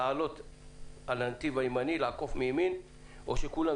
לעלות על הנתיב הימני ולעקוף מימין או שכולם